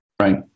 Right